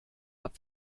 habt